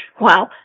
Wow